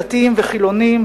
דתיים וחילונים,